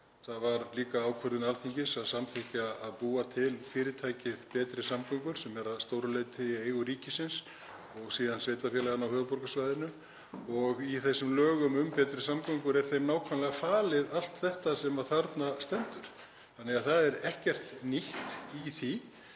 Það var líka ákvörðun Alþingis að samþykkja að búa til fyrirtækið Betri samgöngur sem eru að stóru leyti í eigu ríkisins og síðan sveitarfélaganna á höfuðborgarsvæðinu. Í lögum um Betri samgöngur er þeim nákvæmlega falið allt það sem þarna stendur þannig að það er ekkert nýtt í því.